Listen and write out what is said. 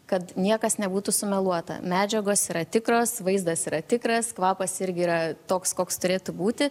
kad niekas nebūtų sumeluota medžiagos yra tikros vaizdas yra tikras kvapas irgi yra toks koks turėtų būti